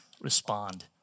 respond